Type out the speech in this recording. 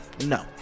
No